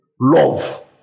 Love